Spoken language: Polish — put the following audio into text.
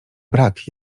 brak